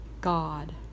God